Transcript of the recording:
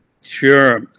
Sure